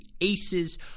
aces